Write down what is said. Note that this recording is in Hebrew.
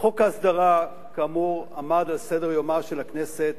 חוק ההסדרה, כאמור, עמד על סדר-יומה של הכנסת